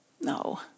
no